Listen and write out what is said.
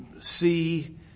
see